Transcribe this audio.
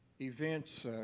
events